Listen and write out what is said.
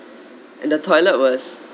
and the toilet was